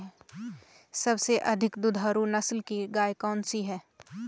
सबसे अधिक दुधारू नस्ल की गाय कौन सी है?